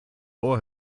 ohr